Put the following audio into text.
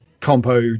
compo